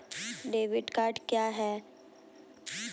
Debit card क्या है?